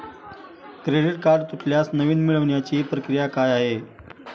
Credit card तुटल्यास नवीन मिळवण्याची प्रक्रिया काय आहे?